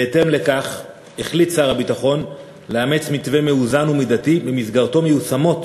בהתאם לכך החליט שר הביטחון לאמץ מתווה מאוזן ומידתי שבמסגרתו מיושמות